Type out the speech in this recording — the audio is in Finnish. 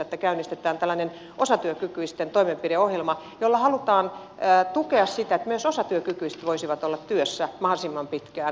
että käynnistetään tällainen osatyökykyisten toimenpideohjelma jolla halutaan tukea sitä että myös osatyökykyiset voisivat olla työssä mahdollisimman pitkään